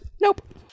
nope